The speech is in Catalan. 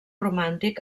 romàntic